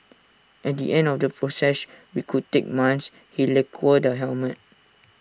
at the end of the process we could take months he lacquers the helmet